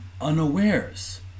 unawares